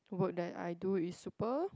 work that I do is super